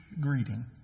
greeting